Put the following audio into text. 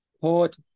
Port